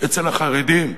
אצל החרדים.